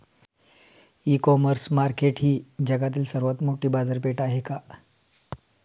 इ commerce market ही जगातील सर्वात मोठी बाजारपेठ आहे का?